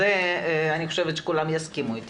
אני חושבת שכולם יסכימו איתי,